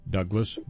Douglas